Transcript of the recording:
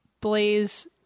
Blaze